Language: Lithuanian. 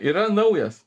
yra naujas